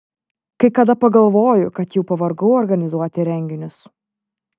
kai kada pagalvoju kad jau pavargau organizuoti renginius